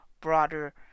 broader